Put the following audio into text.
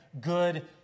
good